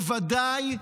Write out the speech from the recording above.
בוודאי,